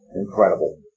incredible